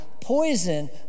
Poison